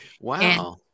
Wow